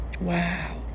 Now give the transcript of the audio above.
Wow